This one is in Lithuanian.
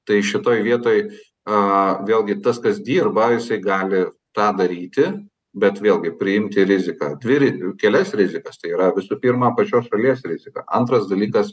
tai šitoj vietoj aaa vėlgi tas kas dirba jisai gali tą daryti bet vėlgi priimti riziką dvi ri kelias rizikas tai yra visų pirma pačios šalies riziką antras dalykas